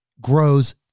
grows